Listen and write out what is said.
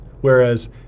Whereas